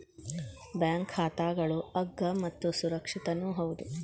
bank ಖಾತಾಗಳು ಅಗ್ಗ ಮತ್ತು ಸುರಕ್ಷಿತನೂ ಹೌದು